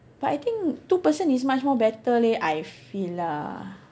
but I think two person is much more better leh I feel lah